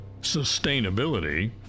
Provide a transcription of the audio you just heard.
sustainability